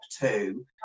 two